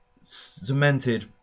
cemented